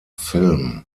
film